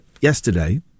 yesterday